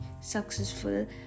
successful